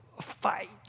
Fight